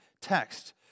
text